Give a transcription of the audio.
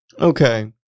Okay